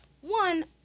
one